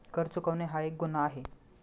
कर चुकवणे हा एक गुन्हा आहे